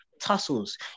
tussles